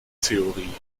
theorie